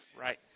right